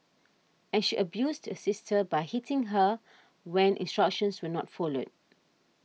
and she abused the sister by hitting her when instructions were not followed